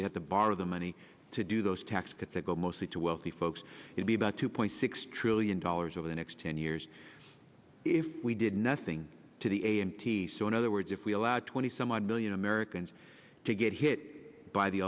we have to borrow the money to do those tax cuts that go mostly to wealthy folks would be about two point six trillion dollars over the next ten years if we did nothing to the a m t so in other words if we allowed twenty some odd million americans to get hit by the